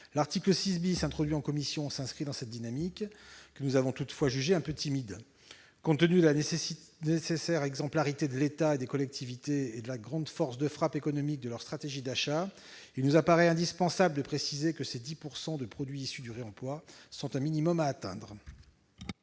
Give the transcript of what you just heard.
L'article 6 , introduit en commission, s'inscrit dans cette dynamique, que nous avons toutefois jugée un peu timide. Compte tenu de la nécessaire exemplarité de l'État et des collectivités et de la grande force de frappe économique de leurs stratégies d'achat, il nous paraît indispensable de préciser qu'un taux de 10 % de produits issus du réemploi est un minimum à atteindre.